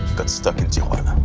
got stuck in tijuana.